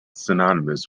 synonymous